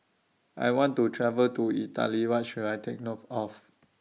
I want to travel to Italy What should I Take note of